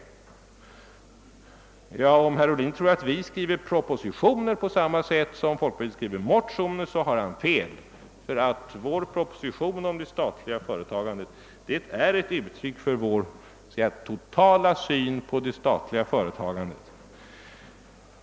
Om herr Ohlin tror att vi skriver Ppropositioner på samma sätt som folkpartiet skriver motioner, har han fel. Vår proposition om det statliga företagandet är ett uttryck för vår totala syn på det statliga företagandet.